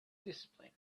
discipline